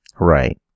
Right